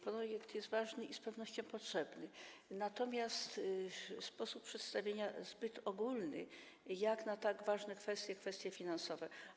Projekt jest ważny i z pewnością potrzebny, natomiast sposób przedstawienia jest zbyt ogólny jak na tak ważne kwestie, kwestie finansowe.